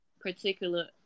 particular